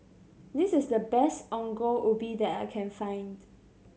this is the best Ongol Ubi that I can find